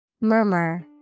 Murmur